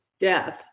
death